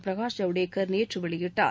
பிரகாஷ் ஜவ்டேகர் நேற்று வெளியிட்டார்